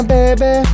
baby